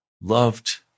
loved